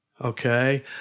Okay